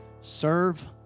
serve